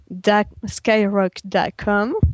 Skyrock.com